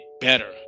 better